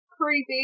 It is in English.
creepy